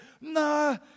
No